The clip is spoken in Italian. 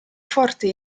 forte